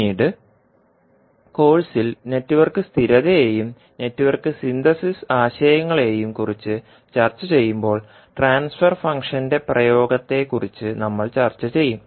പിന്നീട് കോഴ്സിൽ നെറ്റ്വർക്ക് സ്ഥിരതയെയും നെറ്റ്വർക്ക് സിന്തസിസ് ആശയങ്ങളെയും കുറിച്ച് ചർച്ചചെയ്യുമ്പോൾ ട്രാൻസ്ഫർ ഫംഗ്ഷന്റെ പ്രയോഗത്തെക്കുറിച്ച് നമ്മൾ ചർച്ച ചെയ്യും